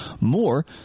more